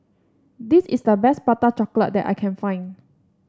this is the best Prata Chocolate that I can find